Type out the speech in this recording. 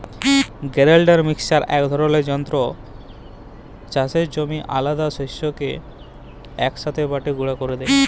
grinder mixer ইক ধরলের যল্তর চাষের জমির আলহেদা শস্যকে ইকসাথে বাঁটে গুঁড়া ক্যরে দেই